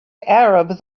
arab